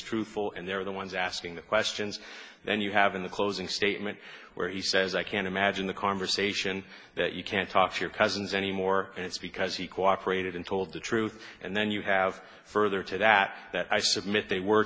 truthful and they're the ones asking the questions then you have in the closing statement where he says i can't imagine the conversation that you can't talk to your cousins anymore it's because he cooperated and told the truth and then you have further to that that i submit they were